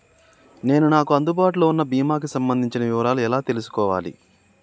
నేను నాకు అందుబాటులో ఉన్న బీమా కి సంబంధించిన వివరాలు ఎలా తెలుసుకోవాలి?